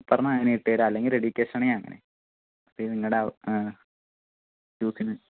പറഞ്ഞാൽ അങ്ങനെ ഇട്ട് തരാം അല്ലെങ്കിൽ റെഡി ക്യാഷാണെങ്കിൽ അങ്ങനെ അപ്പം ഇത് നിങ്ങളുടെ യൂസിന്